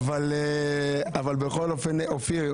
אופיר,